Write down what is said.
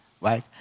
right